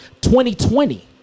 2020